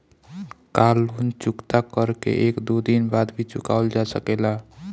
का लोन चुकता कर के एक दो दिन बाद भी चुकावल जा सकेला?